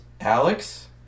Alex